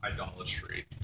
idolatry